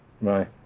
right